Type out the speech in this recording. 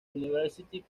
university